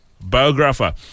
Biographer